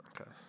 Okay